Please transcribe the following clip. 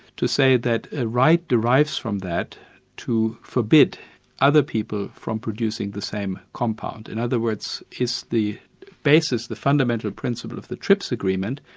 to say that a right derives from that to forbid other people from producing the same compound? in other words, is the basis, the fundamental principle of the trips agreement,